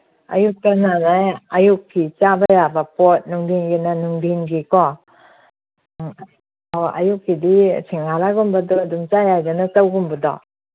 ꯑꯌꯨꯛꯇꯅꯅꯦ ꯑꯌꯨꯛꯀꯤ ꯆꯥꯕ ꯌꯥꯕ ꯄꯣꯠ ꯅꯨꯡꯗꯤꯟꯒꯤꯅ ꯅꯨꯡꯗꯤꯟꯒꯤꯀꯣ ꯑ ꯑꯣ ꯑꯌꯨꯛꯀꯤꯗꯤ ꯁꯤꯡꯍꯔꯥꯒꯨꯝꯕꯗꯨ ꯑꯗꯨꯝ ꯆꯥ ꯌꯥꯏꯗꯅ ꯆꯧꯒꯨꯝꯕꯗꯣ